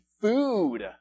food